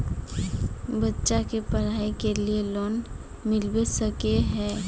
बच्चा के पढाई के लिए लोन मिलबे सके है?